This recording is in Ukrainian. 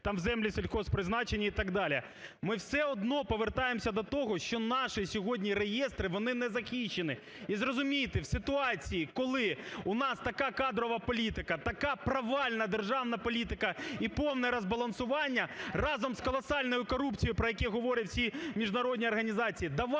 там у землі сільхозпризначення і так далі. Ми все одно повертаємося до того, що наші сьогодні реєстри вони не захищені. І зрозумійте, в ситуації, коли у нас така кадрова політика, така провальна державна політика і повне розбалансування разом з колосальною корупцією, про яку говорять всі міжнародні організації, давати